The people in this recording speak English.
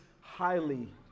highly